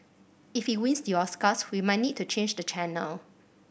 if he wins the Oscars we might need to change the channel